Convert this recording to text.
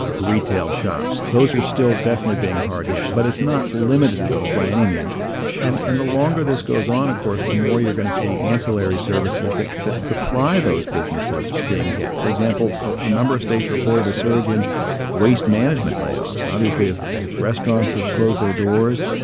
ah retail shops. those are still definitely being hard hit, but it's not limited to those by any means and and the longer this goes on, of course, the more you're going to see ancillary services that that supply those businesses being hit. for example, a number of states reported a surge in waste management layoffs. obviously if if restaurants have closed their doors,